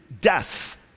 death